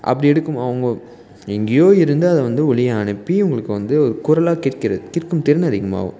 அப்படி எடுக்கும் அவங்க எங்கேயோ இருந்து அதை வந்து ஒலியை அனுப்பி இவங்களுக்கு வந்து குரலாக கேட்கிறது கேட்கும் திறன் அதிகமாகவும்